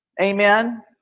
Amen